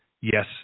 yes